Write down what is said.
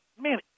Man